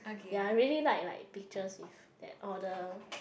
ya I really like like pictures with that order